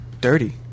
dirty